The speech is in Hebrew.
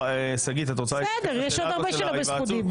שגית, את רוצה להתייחס לשאלה של ההיוועצות?